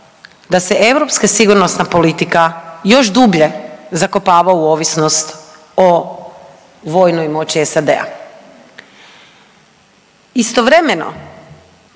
da se europska sigurnosna politika još dublje zakopava u ovisnost o vojnoj moći SAD-a. Istovremeno